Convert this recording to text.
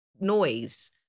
noise